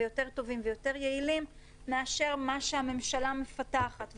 יותר טובים ויותר יעילים מאשר מה שהממשלה מפתחת.